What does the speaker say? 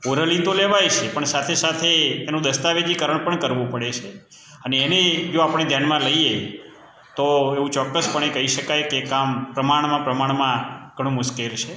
orally તો લેવાય છે પણ સાથે સાથે એનું દસ્તાવેજીકરણ પણ કરવું પડે છે અને એને જો આપણે ધ્યાનમાં લઈએ તો એવું ચોક્કસ પણે કહી શકાય કે કામ પ્રમાણમાં પ્રમાણમાં ઘણું મુશ્કેલ છે